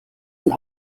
sind